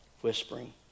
whispering